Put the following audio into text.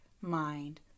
mind